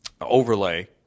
overlay